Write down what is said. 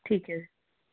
ਠੀਕ ਹੈ